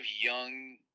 young